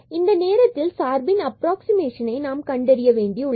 இந்த நேரத்தில் சார்பின் அப்ராக்ஸிமேஷனை நாம் கண்டறிய வேண்டியுள்ளது